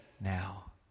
now